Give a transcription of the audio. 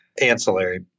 ancillary